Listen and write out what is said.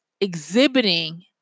exhibiting